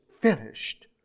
finished